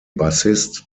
bassist